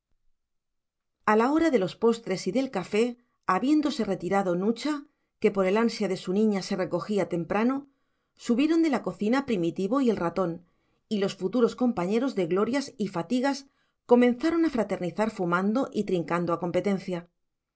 a la hora de los postres y del café habiéndose retirado nucha que por el ansia de su niña se recogía temprano subieron de la cocina primitivo y el ratón y los futuros compañeros de glorias y fatigas comenzaron a fraternizar fumando y trincando a competencia